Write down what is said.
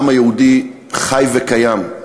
העם היהודי חי וקיים.